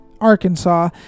Arkansas